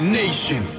nation